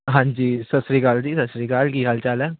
ਹਾਂਜੀ ਸਤਿ ਸ਼੍ਰੀ ਅਕਾਲ ਜੀ ਸਤਿ ਸ਼੍ਰੀ ਅਕਾਲ ਕੀ ਹਾਲ ਚਾਲ ਹੈ